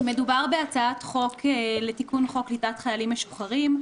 מדובר בהצעת חוק לתיקון לחוק קליטת חיילים משוחררים,